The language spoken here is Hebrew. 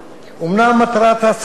אומנם מטרת הצעת החוק